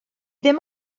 ddim